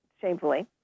shamefully